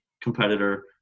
competitor